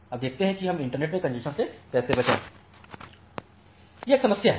अब देखते हैं कि हम इंटरनेट में कॅन्जेशन से कैसे बचते हैं